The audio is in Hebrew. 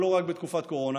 אבל לא רק בתקופת קורונה,